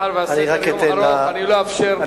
מאחר שסדר-היום ארוך, אני לא אאפשר חריגה מהזמנים.